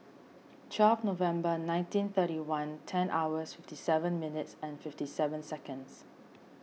twelfth Nov nineteen thirty one ten hour fifty seven minutes and fifty seven seconds